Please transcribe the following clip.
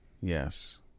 Yes